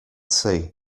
see